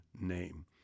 name